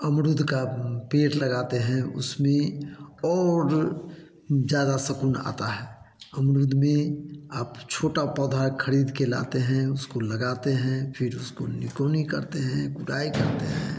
अमरूद का पेड़ लगाते हैं उसमें और ज़्यादा सुकून आता है अमरूद में आप छोटा पौधा खरीद के लाते हैं उसको लगाते हैं फिर उसको निकोनी करते हैं गुड़ाई करते हैं